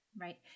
right